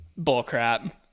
bullcrap